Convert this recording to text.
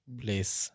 place